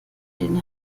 den